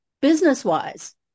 Business-wise